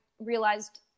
realized